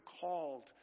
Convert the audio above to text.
called